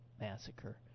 massacre